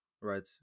right